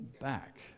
back